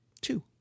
Two